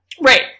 Right